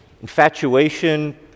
infatuation